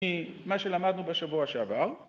‫ממה שלמדנו בשבוע שעבר.